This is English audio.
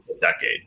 decade